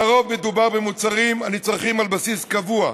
לרוב מדובר במוצרים הנצרכים על בסיס קבוע,